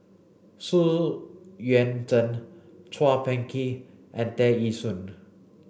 Xu Yuan Zhen Chua Phung Kim and Tear Ee Soon